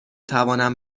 توانم